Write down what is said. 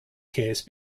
case